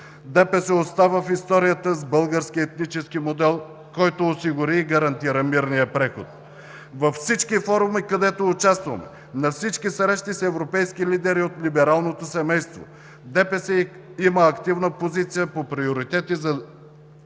ДПС остава в историята с българския етнически модел, който осигури и гарантира мирния преход. Във всички форуми, където участваме, на всички срещи с европейски лидери от либералното семейство ДПС има активна позиция по приоритетни за държавата